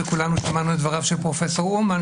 וכולנו שמענו את דבריו של פרופ' אומן,